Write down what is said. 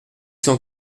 cent